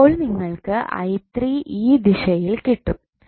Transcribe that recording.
അപ്പോൾ നിങ്ങൾക്കു ഈ ദിശയിൽ കിട്ടും